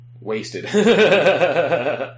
Wasted